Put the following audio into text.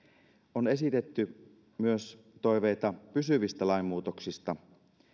on esitetty myös toiveita pysyvistä lainmuutoksista